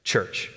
Church